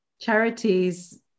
charities